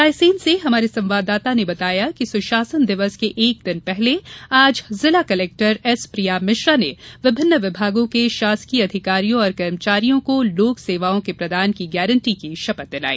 रायसेन से हमारे संवाददाता ने बताया कि सुशासन दिवस के एक दिन पूर्व आज जिला कलेक्टर एस प्रिया मिश्रा ने विभिन्न विभागों के शासकीय अधिकारियों और कर्मचारियों को लोक सेवाओं के प्रदान की गारंटी की शपथ दिलाई